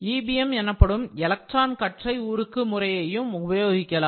EBM எனப்படும் electron கற்றை உருக்கு முறையையும் உபயோகிக்கலாம்